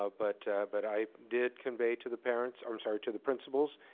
ah but but i did convey to the parents, or sorry, to the principals,